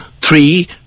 three